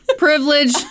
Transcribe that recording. Privilege